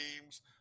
games